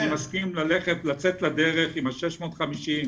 אני מסכים לצאת לדרך עם ה-650.